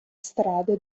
strade